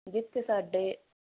ਜਿੱਥੇ ਸਾਡੇ